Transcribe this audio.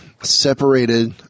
separated